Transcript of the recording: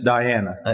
Diana